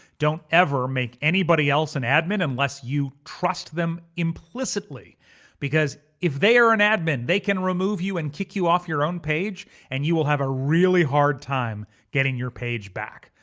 don't ever make anybody else an admin unless you trust them implicitly because if they are an admin, they can remove you and kick you off your own page and you will have a really hard time getting your page back.